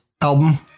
album